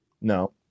no